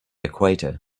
equator